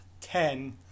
ten